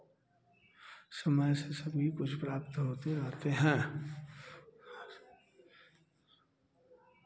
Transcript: समय से सब भी कुछ प्राप्त होते रहते हैं